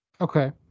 Okay